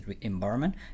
environment